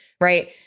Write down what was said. right